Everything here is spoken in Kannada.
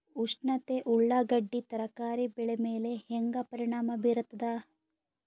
ಉಷ್ಣತೆ ಉಳ್ಳಾಗಡ್ಡಿ ತರಕಾರಿ ಬೆಳೆ ಮೇಲೆ ಹೇಂಗ ಪರಿಣಾಮ ಬೀರತದ?